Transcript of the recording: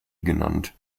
genannt